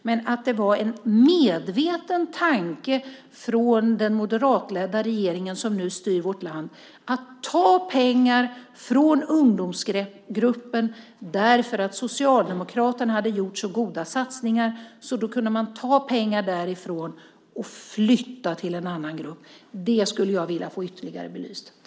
Men att det var en medveten tanke från den moderatledda regering som nu styr vårt land att ta pengar från ungdomsgruppen, därför att Socialdemokraterna hade gjort så goda satsningar att man kunde ta pengar därifrån och flytta till en annan grupp, skulle jag vilja få ytterligare belyst.